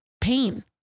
pain